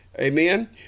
Amen